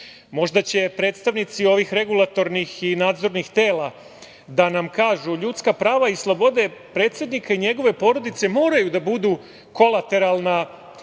Možda će predstavnici ovih regulatornih i nadzornih tela da nam kažu – ljudska prava i slobode predsednika i njegove porodice moraju da budu kolateralna